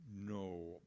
no